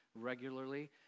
regularly